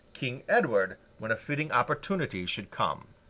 king edward, when a fitting opportunity should come.